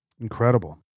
Incredible